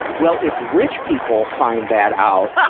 well, if rich people find that out,